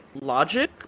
logic